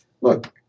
look